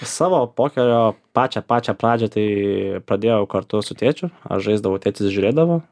savo pokerio pačią pačią pradžią tai pradėjau kartu su tėčiu aš žaisdavau tėtis žiūrėdavo